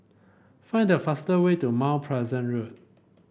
find the fastest way to Mount Pleasant Road